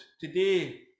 today